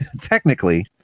technically